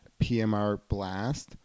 PMRBlast